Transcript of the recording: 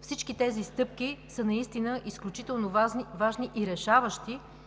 Всички тези стъпки са изключително важни и решаващи,